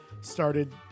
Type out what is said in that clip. started